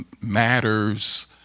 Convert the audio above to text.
matters